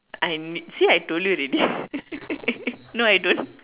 I'm see I told you already no I don't